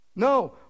No